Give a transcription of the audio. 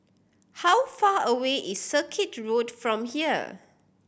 how far away is Circuit Road from here